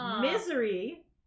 Misery